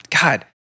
God